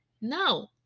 No